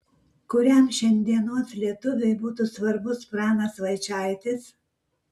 kuriam šiandienos lietuviui būtų svarbus pranas vaičaitis